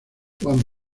one